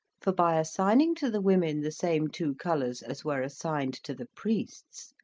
for by assigning to the women the same two colours as were assigned to the priests,